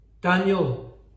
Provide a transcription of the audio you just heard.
Daniel